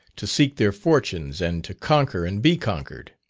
to seek their fortunes, and to conquer and be conquered.